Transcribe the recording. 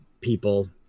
people